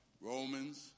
Romans